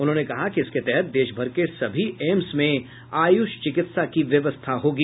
उन्होंने कहा कि इसके तहत देशभर के सभी एम्स में आयुष चिकित्सा की व्यवस्था होगी